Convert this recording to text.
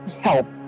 help